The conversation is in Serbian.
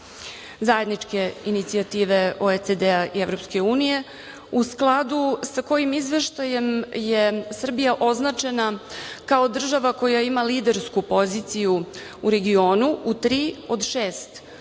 zajedničke inicijative OECD-a i EU, u skladu sa kojim izveštajem sa kojim je Srbija označena kao država koja ima lidersku poziciju u regionu u tri od šest oblasti